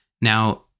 Now